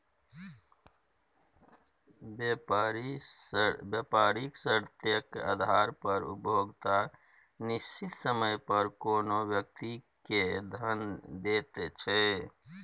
बेपारिक शर्तेक आधार पर उपभोक्ता निश्चित समय पर कोनो व्यक्ति केँ धन दैत छै